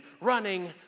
running